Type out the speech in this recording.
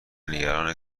نگران